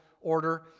order